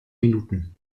minuten